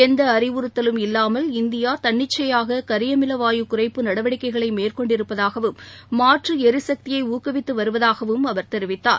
எந்த அறிவுறுத்தலும் இல்லாமல் இந்தியா தன்னிச்சையாக கரியமில வாயு குறைப்பு நடவடிக்கைகளை மேற்கொண்டிருப்பதாகவும் மாற்று எரிசக்தியை ஊக்குவித்து வருவதாகவும் அவா தெரிவித்தார்